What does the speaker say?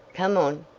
come on.